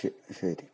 തെറ്റ് ശരി